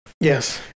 Yes